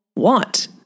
want